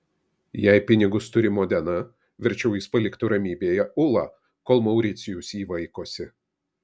jei pinigus turi modena verčiau jis paliktų ramybėje ulą kol mauricijus jį vaikosi